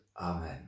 amen